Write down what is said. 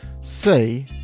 say